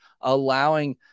allowing